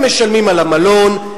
הם משלמים על המלון,